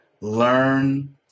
learn